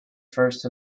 first